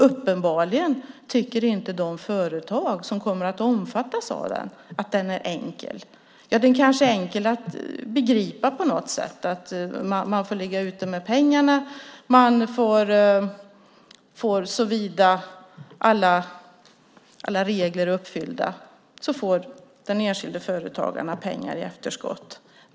Uppenbarligen tycker inte heller de företag som kommer att omfattas av den att den är enkel. Den kanske är enkel att begripa på något sätt; den enskilda företagaren får ligga ute med pengarna och han eller hon får såvida alla regler är uppfyllda pengar i efterskott.